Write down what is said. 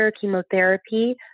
chemotherapy